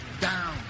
down